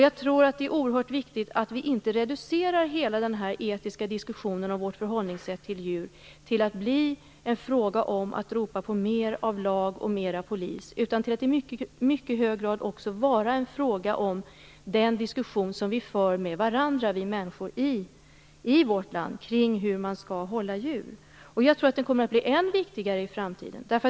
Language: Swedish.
Jag tror att det är oerhört viktigt att vi inte reducerar hela den etiska diskussionen om vårt sätt att förhålla oss till djur till att bli en fråga om att ropa på mera av lag och mera av polis. Jag menar att det också i mycket hög grad måste vara fråga om en diskussion mellan människor i vårt land om hur djur skall hållas. Jag tror dessutom att detta kommer att bli än viktigare i framtiden.